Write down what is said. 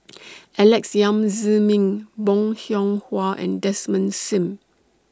Alex Yam Ziming Bong Hiong Hwa and Desmond SIM